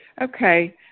Okay